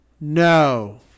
no